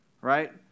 Right